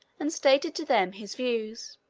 and stated to them his views.